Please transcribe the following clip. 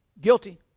Guilty